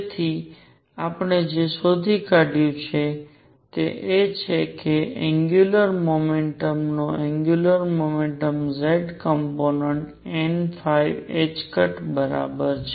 તેથી આપણે જે શોધી કાઢ્યું છે તે એ છે કે એંગ્યુંલર મોમેન્ટમ નો angular momentum z component n બરાબર છે